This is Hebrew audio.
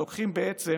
לוקחים בעצם